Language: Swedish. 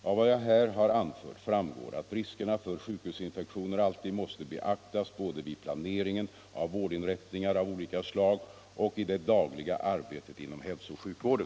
Av vad jag här har anfört framgår att riskerna för sjukhusinfektioner alltid måste beaktas både vid planeringen av vårdinrättningar av olika slag och i det dagliga arbetet inom hälsooch sjukvården.